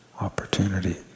opportunity